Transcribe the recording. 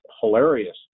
hilarious